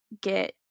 get